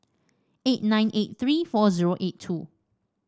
eight nine eight three four zero eight two